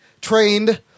trained